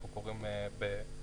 אנחנו קוראים לזה בסלנג.